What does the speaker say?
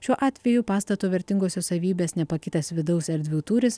šiuo atveju pastato vertingosios savybės nepakitęs vidaus erdvių tūris